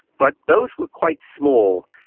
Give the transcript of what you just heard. but those were quite small,